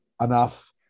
enough